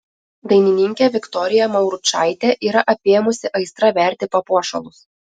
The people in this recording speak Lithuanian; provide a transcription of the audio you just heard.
dainininkę viktoriją mauručaitę yra apėmusi aistra verti papuošalus